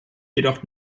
jedoch